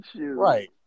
Right